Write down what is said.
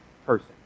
person